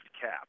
cap